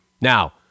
Now